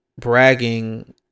bragging